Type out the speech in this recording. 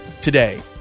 today